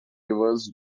rivers